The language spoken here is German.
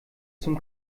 zum